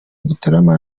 gitarama